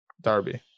Darby